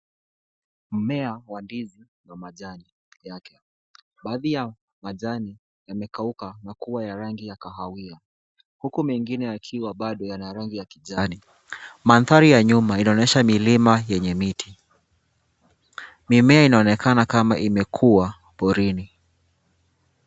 Mmea wa ndizi na majani yake. Baadhi ya majani yamekauka na kuwa ya rangi ya kahawia huku mengine yakiwa bado yana rangi ya kijani. Mandhari ya nyuma inaonyesha milima yenye miti. Mimea inaonekana kama imekua porini.